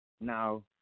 Now